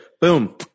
Boom